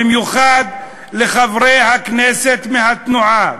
במיוחד לחברי הכנסת מהתנועה,